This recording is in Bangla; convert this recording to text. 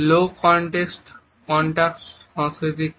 লো কন্টাক্ট সংস্কৃতি কি